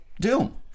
Doom